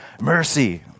mercy